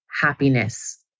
happiness